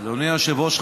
אדוני היושב-ראש,